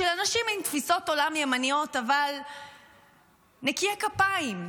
של אנשים עם תפיסות עולם ימניות אבל נקיי כפיים,